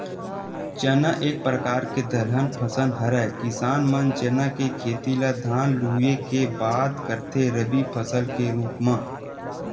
चना एक परकार के दलहन फसल हरय किसान मन चना के खेती ल धान लुए के बाद करथे रबि फसल के रुप म